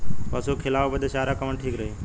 पशु के खिलावे बदे चारा कवन ठीक रही?